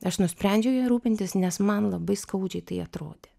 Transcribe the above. aš nusprendžiau ja rūpintis nes man labai skaudžiai tai atrodė